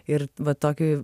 ir va tokio